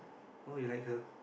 oh you like her